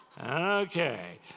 Okay